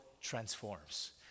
transforms